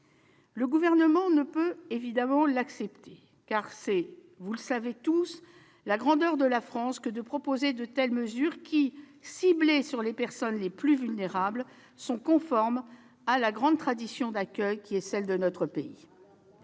Le Gouvernement ne peut évidemment accepter sa suppression, car c'est la grandeur de la France que de proposer de telles mesures, qui ciblent les personnes les plus vulnérables et sont conformes à la grande tradition d'accueil de notre pays.